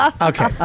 Okay